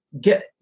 get